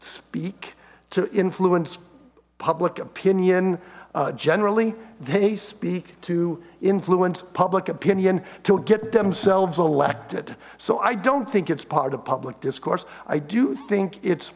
speak to influence public opinion generally they speak to influence public opinion to get themselves elected so i don't think it's part of public discourse i do think it's